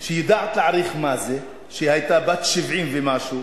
שידעה להעריך מה זה, שהיתה בת 70 ומשהו,